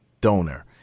donor